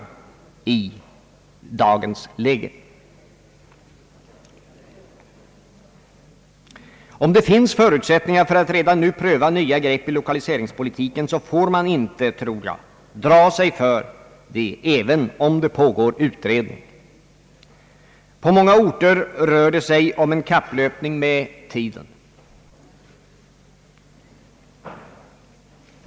Om det finns förutsättningar för att redan nu pröva nya grepp i lokaliseringspolitiken får man inte dra sig för detta, även om det pågår utredning. På många orter rör det sig om en kapplöpning med tiden.